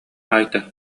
айта